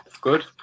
good